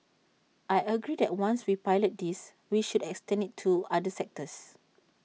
I agree that once we pilot this we should extend IT to other sectors